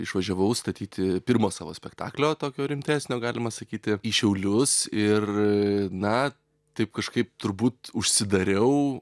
išvažiavau statyti pirmo savo spektaklio tokio rimtesnio galima sakyti į šiaulius ir na taip kažkaip turbūt užsidariau